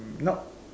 nope